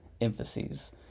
emphases